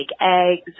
eggs